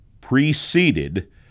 preceded